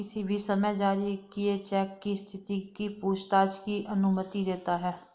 किसी भी समय जारी किए चेक की स्थिति की पूछताछ की अनुमति देता है